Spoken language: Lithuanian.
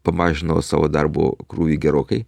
pamažinau savo darbo krūvį gerokai